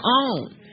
own